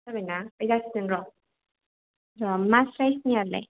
जाबाय ना बे जासिगोन र' र' मास्रायसनियालाय